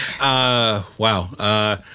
Wow